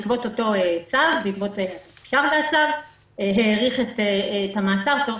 בעקבות אותו צו --- האריך את המעצר תוך